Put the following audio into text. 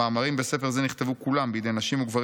המאמרים בספר זה נכתבו כולם בידי נשים וגברים